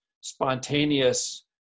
spontaneous